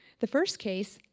the first case,